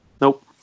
Nope